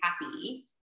happy –